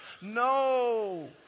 No